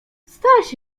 staś